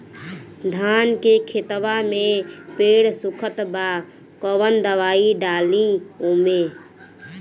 धान के खेतवा मे पेड़ सुखत बा कवन दवाई डाली ओमे?